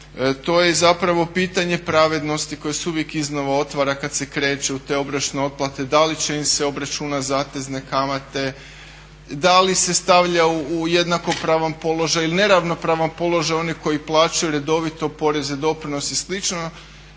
to je zapravo pitanje pravednosti koje se uvijek iznova otvara kad se kreće u te obročne otplate da li će im se obračunati zatezne kamate, da li se stavlja u jednakopravan položaj ili neravnopravan položaj one koji plaćaju redovito porezni doprinos i